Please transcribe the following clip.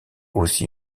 aussi